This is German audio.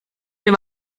wir